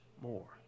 more